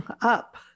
up